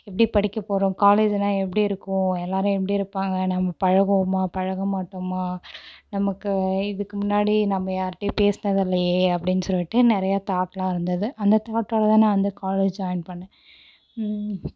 எப்படி படிக்கப் போகிறோம் காலேஜ்லாம் எப்படி இருக்கும் எல்லாரும் எப்படி இருப்பாங்க நம்ப பழகுவோமா பழக மாட்டோமா நமக்கு இதுக்கு முன்னாடி நம்ம யாருகிட்டையும் பேசினது இல்லையே அப்படின்னு சொல்லிவிட்டு நிறையா தாட்லாம் இருந்தது அந்த தாட்டோடு தான் நான் வந்து காலேஜ் ஜாயின் பண்ணேன்